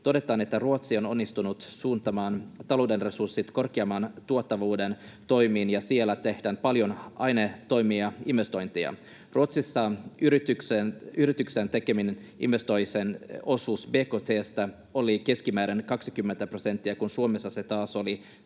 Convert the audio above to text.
todetaan, että Ruotsi on onnistunut suuntaamaan talouden resurssit korkeamman tuottavuuden toimiin ja siellä tehdään paljon aineettomia investointeja. Ruotsissa yritysten tekemien investointien osuus bkt:stä oli keskimäärin 20 prosenttia, kun Suomessa se taas oli 12